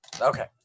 Okay